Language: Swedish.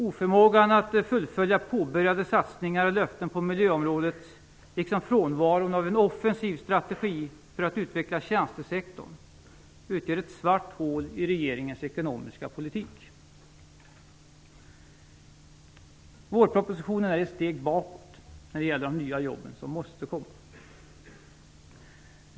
Oförmågan att fullfölja påbörjade satsningar och att hålla löften på miljöområdet utgör, liksom frånvaron av en offensiv strategi för att utveckla tjänstesektorn, ett svart hål i regeringens ekonomiska politik. Vårpropositionen är ett steg bakåt när det gäller de nya jobb som måste komma.